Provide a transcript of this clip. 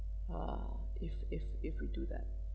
uh if if if we do that